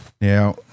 Now